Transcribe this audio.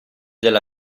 della